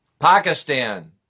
Pakistan